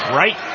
right